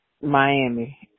Miami